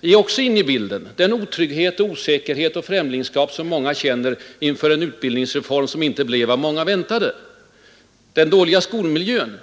är också med i bilden: den otrygghet, den osäkerhet och det främlingskap som många känner inför en utbildningsreform som inte blev vad man väntade, den dåliga skolmiljön.